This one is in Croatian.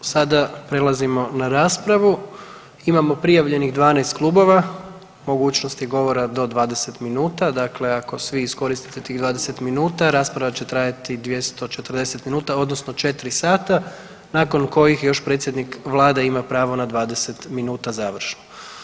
Sada prelazimo na raspravu, imamo prijavljenih 12 klubova, mogućnost je govora do 20 minuta, dakle ako svi iskoristite tih 20 minuta rasprava će trajati 240 minuta odnosno 4 sata nakon kojih još predsjednik vlade ima pravo na 20 minuta završno.